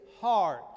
heart